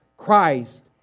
Christ